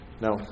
No